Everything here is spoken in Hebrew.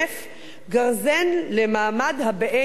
גרזן למעמד הבאין-אונים.